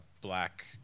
black